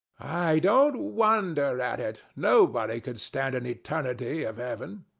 i don't wonder at it. nobody could stand an eternity of heaven.